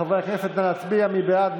חברי הכנסת, נא להצביע, מי בעד?